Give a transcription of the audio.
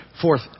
Fourth